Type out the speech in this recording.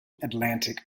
atlantic